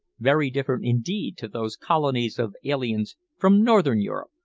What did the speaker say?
very different, indeed, to those colonies of aliens from northern europe,